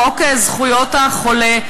חוק זכויות החולה,